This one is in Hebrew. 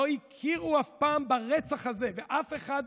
לא הכירו אף פעם ברצח הזה, ואף אחד,